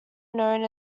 known